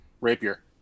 rapier